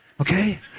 Okay